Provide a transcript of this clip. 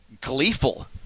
gleeful